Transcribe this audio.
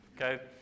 Okay